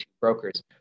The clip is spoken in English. Brokers